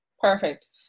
Perfect